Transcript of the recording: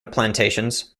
plantations